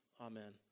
Amen